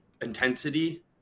intensity